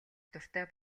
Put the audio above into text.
дуртай